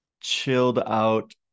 chilled-out